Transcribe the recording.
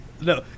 No